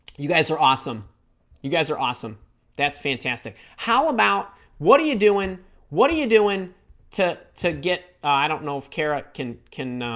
you guys are awesome you guys are awesome that's fantastic how about what are you doing what are you doing to to get i don't know if carrot can can